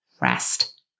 rest